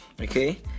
Okay